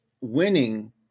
winning